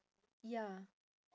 ya